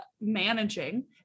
managing